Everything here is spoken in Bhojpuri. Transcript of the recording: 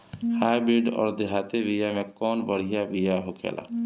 हाइब्रिड अउर देहाती बिया मे कउन बढ़िया बिया होखेला?